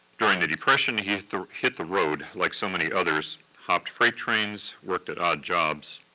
during the depression he hit the hit the road, like so many others hopped freight trains, worked at odd jobs,